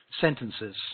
sentences